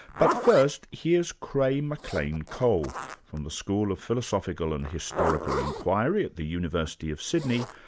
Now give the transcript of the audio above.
but first here's creagh mclean cole from the school of philosophical and historical inquiry at the university of sydney,